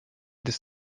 des